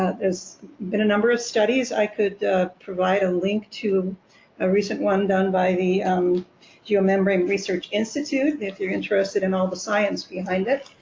ah there's been a number of studies. i could provide a link to ah recent one done by the um geomembrane research institute, if you're interested in all the science behind it.